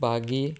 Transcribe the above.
बागी